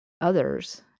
others